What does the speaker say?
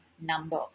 number